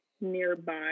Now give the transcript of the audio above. nearby